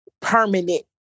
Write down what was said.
permanent